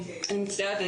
שלום,